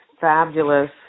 fabulous